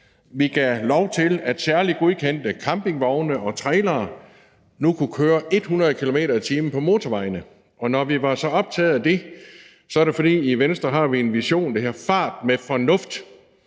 vi gav lov til, at man med særligt godkendte campingvogne og trailere nu kunne køre 100 km/t. på motorvejene. Og når vi var så optaget af det, er det, fordi vi i Venstre har en vision, der hedder fart med fornuft;